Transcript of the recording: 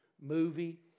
movie